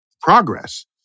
progress